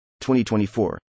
2024